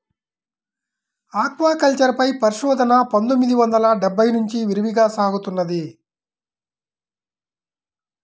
aquaculture పై పరిశోధన పందొమ్మిది వందల డెబ్బై నుంచి విరివిగా సాగుతున్నది